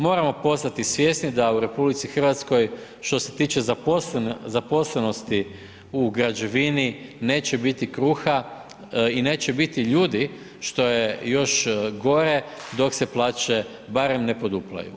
Moramo postati svjesni da u RH što se tiče zaposlenosti u građevini neće biti kruha i neće biti ljudi što je još gore dok se plaće barem ne poduplaju.